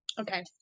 Okay